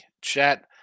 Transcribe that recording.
chat